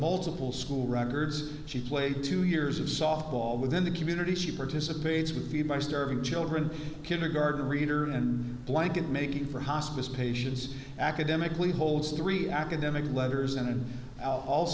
multiple school records she played two years of softball within the community she participates reviewed by starving children kindergarten reader and blanket making for hospice patients academically holds three academic letters and in all